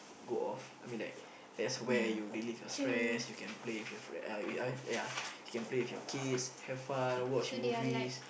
go off I mean like that's where you relief your stress you can play with your friend uh uh uh ya you can play with your kids have fun watch movies